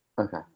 okay